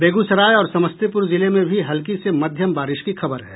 बेगूसराय और समस्तीपुर जिले में भी हल्की से मध्यम बारिश की खबर है